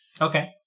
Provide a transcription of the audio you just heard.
Okay